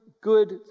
good